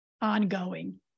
ongoing